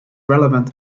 relevant